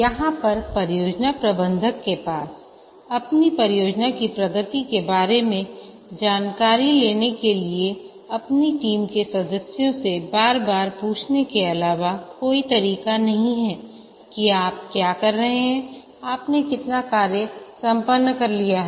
यहां पर परियोजना प्रबंधक के पास अपनी परियोजना की प्रगति के बारे में जानकारी लेने के लिए अपनी टीम के सदस्यों से बार बार पूछने के अलावा कोई तरीका नहीं है कि आप क्या कर रहे हैआपने कितना कार्य संपन्न कर लिया है